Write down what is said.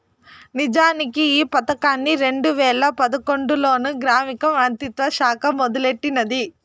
నిజానికి ఈ పదకాన్ని రెండు వేల పదకొండులోనే గ్రామీణ మంత్రిత్వ శాఖ మొదలెట్టినాది